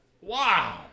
Wow